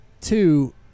Two